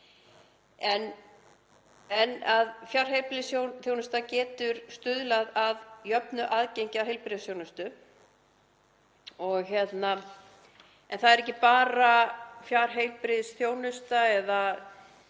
en fjarheilbrigðisþjónusta getur stuðlað að jöfnu aðgengi að heilbrigðisþjónustu. En það er ekki bara fjarheilbrigðisþjónusta —